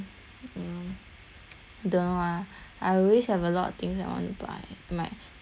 don't know ah I always have a lot of things I want to buy my the things that I want to buy is endless and uh